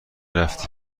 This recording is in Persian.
رفتی